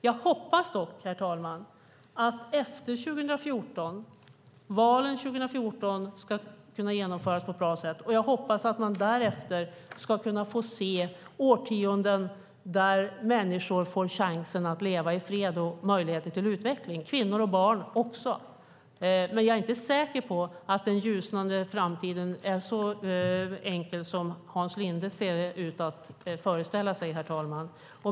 Jag hoppas dock, herr talman, att valen 2014 ska kunna genomföras på ett bra sätt, och jag hoppas att man därefter ska få se årtionden där människor får chansen att leva i fred och ha möjligheter till utveckling, kvinnor och barn också. Men jag är inte säker på att den ljusnande framtiden är så enkel som Hans Linde verkar föreställa sig, herr talman.